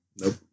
Nope